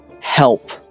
help